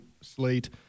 slate